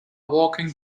walking